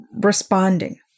responding